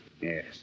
yes